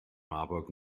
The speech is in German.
marburg